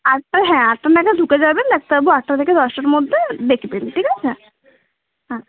আটটা হ্যাঁ আটটা নাগাদ ঢুকে যাবেন ডাক্তারবাবু আটটা থেকে দশটার মধ্যে দেখবেন ঠিক আছে হ্যাঁ